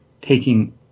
taking